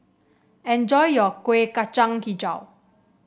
enjoy your Kuih Kacang hijau